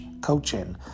coaching